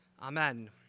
Amen